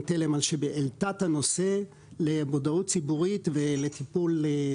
תלם על שהעלתה את הנושא למודעות ציבורית ולטיפול.